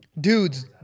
Dudes